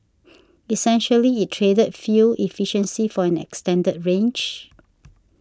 essentially it traded fuel efficiency for an extended range